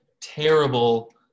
terrible